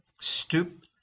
stoop